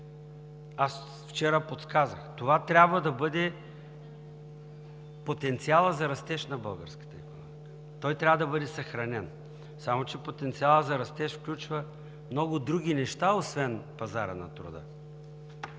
Аз вчера подсказах – това трябва да бъде потенциалът за растеж на българската икономика, той трябва да бъде съхранен. Само че потенциалът за растеж включва много други неща. Освен пазара на труда,